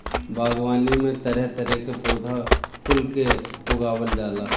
बागवानी में तरह तरह के पौधा कुल के उगावल जाला